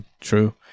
true